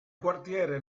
quartiere